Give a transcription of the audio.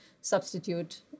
substitute